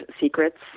secrets